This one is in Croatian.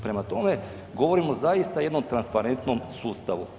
Prema tome, govorim o zaista jednom transparentnom sustavu.